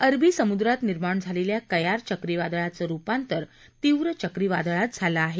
अरबी समुद्रात निर्माण झालेलं कयार चक्रीवादळाचं रूपांतर तीव्र चक्रीवादळात झालं आहे